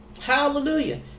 Hallelujah